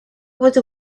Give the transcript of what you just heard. whether